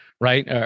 right